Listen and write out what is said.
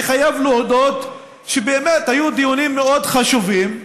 אני חייב להודות שבאמת, היו דיונים מאוד חשובים,